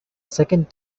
second